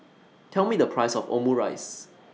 Tell Me The Price of Omurice